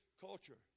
culture